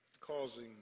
causing